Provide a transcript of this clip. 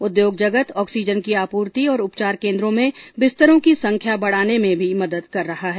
उद्योग जगत ऑक्सीजन की आपूर्ति और उपचार केंद्रों में बिस्तरों की संख्या बढ़ाने में मदद कर रहा है